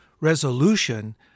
resolution